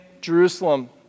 Jerusalem